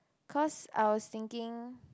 cause I was thinking